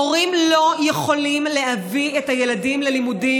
הורים לא יכולים להביא את הילדים ללימודים.